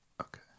Okay